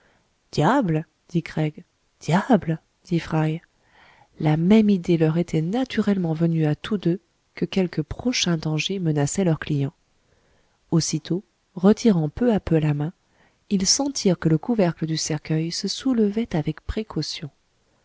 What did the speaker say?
diable dit fry la même idée leur était naturellement venue à tous deux que quelque prochain danger menaçait leur client aussitôt retirant peu à peu la main ils sentirent que le couvercle du cercueil se soulevait avec précaution